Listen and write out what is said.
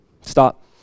Stop